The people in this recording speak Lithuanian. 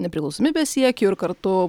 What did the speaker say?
nepriklausomybės siekių ir kartu